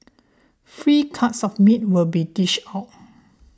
free cuts of meat will be dished out